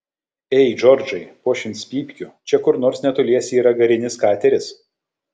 ei džordžai po šimtas pypkių čia kur nors netoliese yra garinis kateris